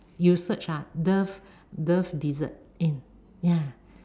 you search ah dove dove dessert mm ya